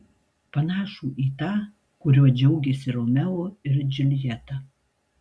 panašų į tą kuriuo džiaugėsi romeo ir džiuljeta